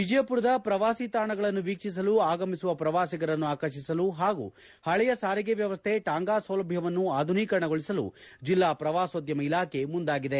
ವಿಜಯಪುರದ ಪ್ರವಾಸಿ ತಾಣಗಳನ್ನು ವೀಕ್ಷಿಸಲು ಆಗಮಿಸುವ ಪ್ರವಾಸಿಗರನ್ನು ಆಕರ್ಷಿಸಲು ಹಾಗೂ ಪಳೆಯ ಸಾರಿಗೆ ವ್ಯವಸ್ಥೆ ಟಾಂಗಾ ಸೌಲಭ್ವವನ್ನು ಆಧುನೀಕರಣಗೊಳಿಸಲು ಜೆಲ್ಲಾ ಪ್ರವಾಸೋದ್ಯಮ ಇಲಾಖೆ ಮುಂದಾಗಿದೆ